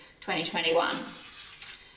2021